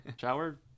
Shower